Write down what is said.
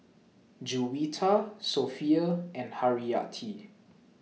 Juwita Sofea and Haryati